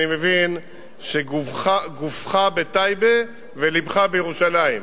אני מבין שגופך בטייבה ולבך בירושלים.